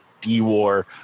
D-War